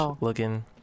looking